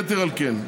יתר על כן,